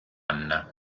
anna